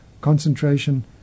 concentration